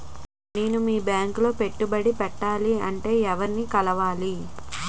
నేను మీ బ్యాంక్ లో పెట్టుబడి పెట్టాలంటే ఎవరిని కలవాలి?